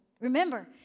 Remember